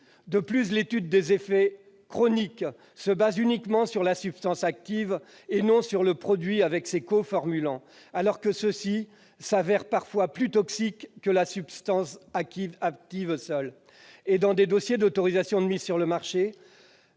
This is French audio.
De plus, l'étude des effets chroniques se base uniquement sur la substance active, et non sur le produit avec ses coformulants, alors que ceux-ci se révèlent parfois plus toxiques que la substance active seule. Dans les dossiers d'autorisation de mise sur le marché,